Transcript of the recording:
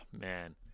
man